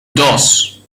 dos